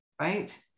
right